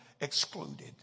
excluded